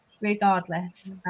regardless